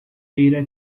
data